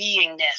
beingness